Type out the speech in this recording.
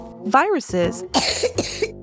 viruses